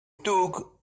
took